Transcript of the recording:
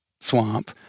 swamp